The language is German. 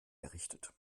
errichtet